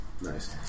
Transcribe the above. Nice